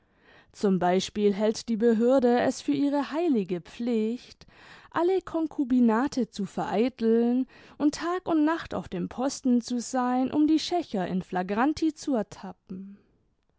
zum beispiel hält die behörde es für ihre heilige pflicht alle konkubinate zu vereiteln und tag und nacht auf dem posten zu sein um die schacher in flagranti zu ertappen